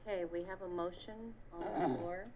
say we have a motion or